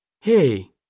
Hey